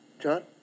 John